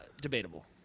Debatable